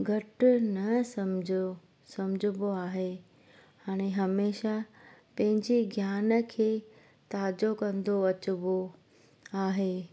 घटि न सम्झो सम्झबो आहे हाणे हमेशा पंहिंजे ज्ञान खे ताज़ो कंदो अचिबो आहे